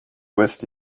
west